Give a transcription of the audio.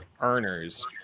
earners